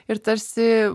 ir tarsi